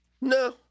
No